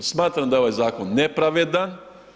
Smatram da je ovaj zakon nepravedan.